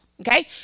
Okay